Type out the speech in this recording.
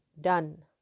done